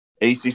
ACC